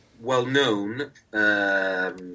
well-known